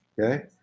okay